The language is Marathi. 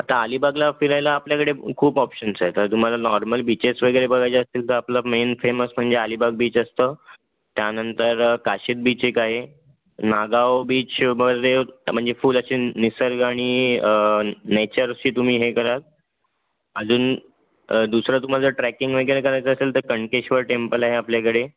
आता अलिबागला फिरायला आपल्याकडे खूप ऑप्शन्स आहेत तुम्हाला नॉर्मल बीचेस वगैरे बघायचे असतील तर आपलं मेन फेमस म्हणजे अलिबाग बीच असतं त्यानंतर काशिद बीच एक आहे नागाव बीच मग रेव म्हणजे फुल असे निसर्ग आणि नेचरशी तुम्ही हे कराल अजून दुसरं तुम्हाला ट्रॅकिंग वगैरे करायचं असेल तर कणकेश्वर टेम्पल आहे आपल्याकडे